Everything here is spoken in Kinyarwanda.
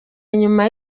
nyuma